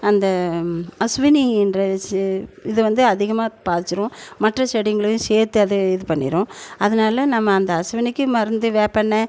அந்த அஸ்வினி என்ற சி இது வந்து அதிகமாக பாதிச்சிடும் மற்ற செடிங்களையும் சேர்த்து அது இது பண்ணிடும் அதனால் நம்ம அந்த அஸ்வினிக்கு மருந்து வேப்பெண்ணெய்